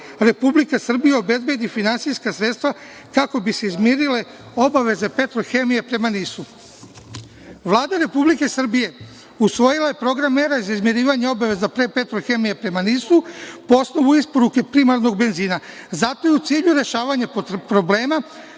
Republika Srbija, obezbedi finansijska sredstva kako bi se izmirile obaveze „Petrohemije“ prema NIS-u. Vlada Republike Srbije usvojila je Program mera za izmirivanje obaveza pre „Petrohemije“ prema NIS-u, po osnovu isporuke primarnog benzina. Zato je u cilju rešavanja problema